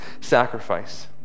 sacrifice